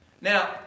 Now